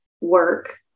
work